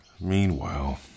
Meanwhile